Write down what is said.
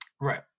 Right